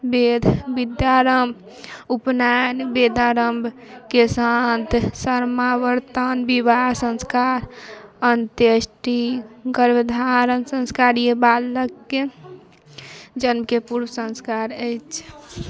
भेद विद्यारम्भ उपनयन वेदारम्भ केशान्त समावर्तन विवाह संस्कार अंत्येष्टि गर्भधारण संस्कार ई बालकके जन्मके पूर्व संस्कार अछि